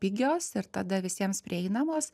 pigios ir tada visiems prieinamos